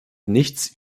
nichts